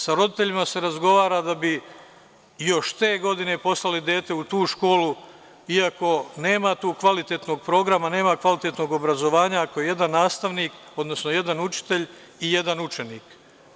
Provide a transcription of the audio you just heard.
Sa roditeljima se razgovara da bi još te godine poslali dete u tu školu iako nema tu kvalitetnog programa, nema kvalitetnog obrazovanja ako je jedan nastavnik, odnosno jedan učitelj i jedan učenik.